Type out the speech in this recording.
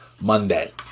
Monday